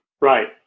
Right